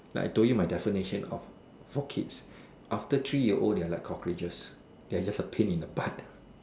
like I told you my definition of for kids after three year old they are like cockroaches they are just a pain in the butt